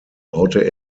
baute